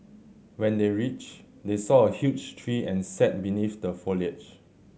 when they reached they saw a huge tree and sat beneath the foliage